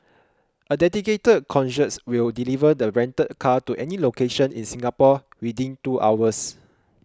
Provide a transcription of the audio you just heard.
a dedicated concierge will deliver the rented car to any location in Singapore within two hours